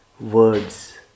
Words